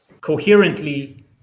coherently